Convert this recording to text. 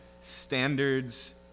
standards